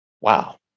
Wow